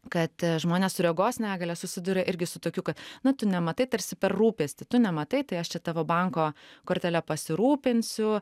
kad žmonės su regos negalia susiduria irgi su tokiu na tu nematai tarsi per rūpestį tu nematai tai aš čia tavo banko kortele pasirūpinsiu